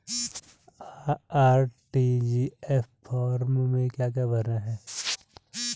RTGS form में क्या क्या भरना है?